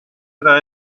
teda